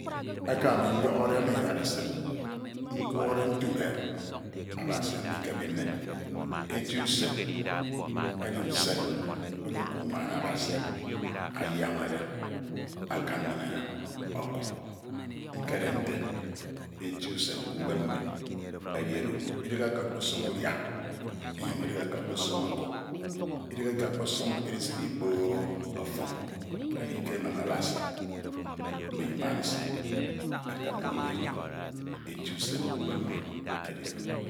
Eke ami nyọhọde ma idarasid, nkwode nture Abasi andikebid min. Eti usen edi usen oro eke unwana Abasi ayiamade akan min okuk. Nkere nte eti usen ke uwan mi edi oro idighe ke ọkpọsọñ udia inyuñ idighe ke ọkpọsọñ edisine ikpo ọsọñ edi ke emem Abasi ma ima nsie ekem min udeme. Eti usen ke uwem mi edi oro.